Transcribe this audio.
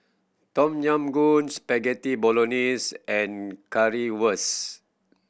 Tom Yam Goong Spaghetti Bolognese and Currywurst